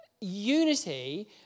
unity